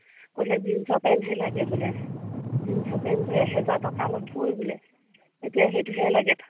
ক'লে জীন্সৰ পেণ্টহে লাগে বোলে জীন্সৰ পেণ্টটো এহেজাৰ টকা ল'বই বোলে এতিয়া সেইটোহে লাগে তাক